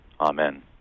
amen